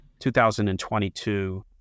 2022